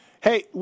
Hey